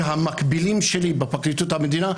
שהמקבילים שלי בפרקליטות המדינה,